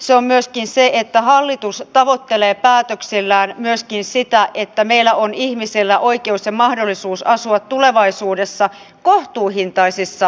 se on se että hallitus tavoittelee päätöksillään myöskin sitä että meillä on ihmisillä oikeus ja mahdollisuus asua tulevaisuudessa kohtuuhintaisissa asunnoissa